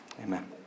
amen